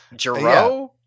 Giroux